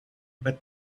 but